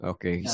Okay